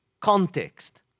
context